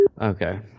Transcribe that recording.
Okay